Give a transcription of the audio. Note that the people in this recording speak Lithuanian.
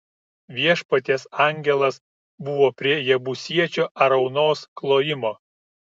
viešpaties angelas buvo prie jebusiečio araunos klojimo